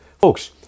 Folks